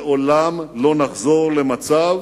לעולם לא נחזור למצב